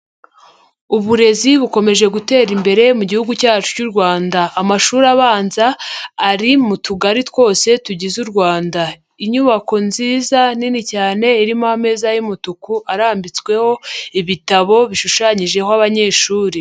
Uburezi bukomeje gutera imbere mu gihugu cyacu cy'u Rwanda amashuri abanza ari mu tugari twose tugize u Rwanda, inyubako nziza nini cyane irimo ameza y'umutuku, arambitsweho ibitabo bishushanyijeho abanyeshuri.